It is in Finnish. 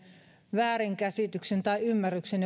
väärinkäsityksen tai ymmärryksen